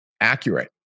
accurate